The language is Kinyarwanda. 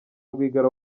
rwigara